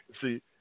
See